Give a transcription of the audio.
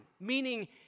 Meaning